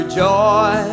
joy